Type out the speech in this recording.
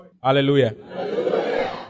Hallelujah